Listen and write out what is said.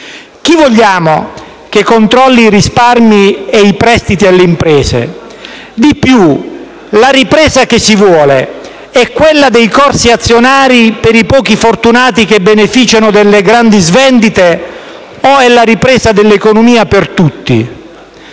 Chi vogliamo che controlli i risparmi e i prestiti alle imprese? Di più, la ripresa che si vuole è quella dei corsi azionari per i pochi fortunati che beneficiano delle grandi svendite o è la ripresa dell'economia per tutti?